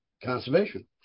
conservation